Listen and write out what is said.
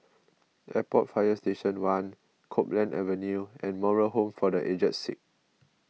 Airport Fire Station one Copeland Avenue and Moral Home for the Aged Sick